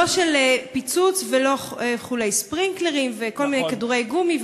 לא של פיצוץ ולא ספרינקלרים וכל מיני כדורי גומי,